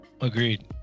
Agreed